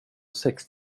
sex